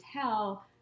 tell